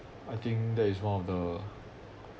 I think that is one of the